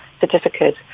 certificate